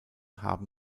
haben